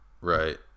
right